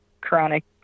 chronic